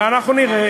ואנחנו נראה,